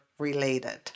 related